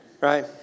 Right